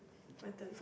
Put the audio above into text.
my turn